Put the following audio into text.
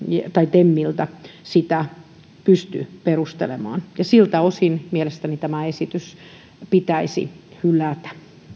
temiltä pysty perustelemaan ja siltä osin mielestäni tämä esitys pitäisi hylätä